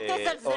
אל תזלזלו.